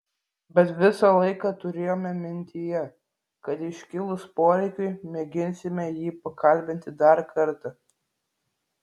bet visą laiką turėjome mintyje kad iškilus poreikiui mėginsime jį pakalbinti dar kartą